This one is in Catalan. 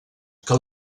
que